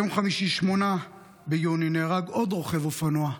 ביום חמישי 8 ביוני נהרג עוד רוכב אופנוע,